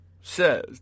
says